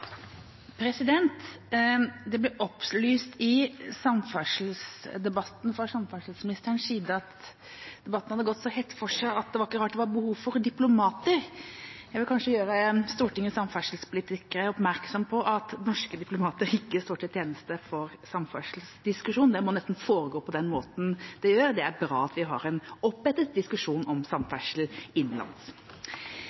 for seg at det ikke var rart det var behov for diplomater. Jeg vil kanskje gjøre Stortingets samferdselspolitikere oppmerksomme på at norske diplomater ikke står til tjeneste for samferdselsdiskusjon, den må nesten foregå på den måten det gjør. Det er bra at vi har en opphetet diskusjon om